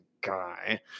guy